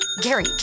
Gary